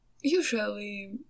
usually